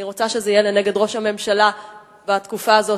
אני רוצה שזה יהיה לנגד עיני ראש הממשלה בתקופה הזאת